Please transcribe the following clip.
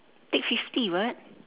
take fifty [what]